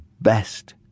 best